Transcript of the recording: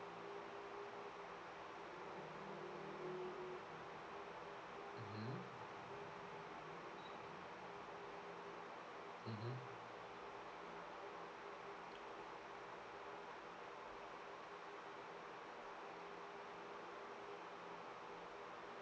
oh